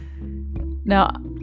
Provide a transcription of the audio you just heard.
Now